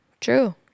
True